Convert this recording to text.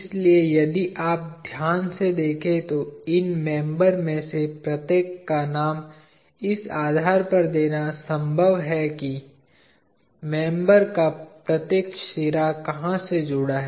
इसलिए यदि आप ध्यान से देखें तो इन मेंबर में से प्रत्येक का नाम इस आधार पर देना संभव है कि मेंबर का प्रत्येक सिरा कहाँ से जुड़ा है